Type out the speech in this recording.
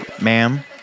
ma'am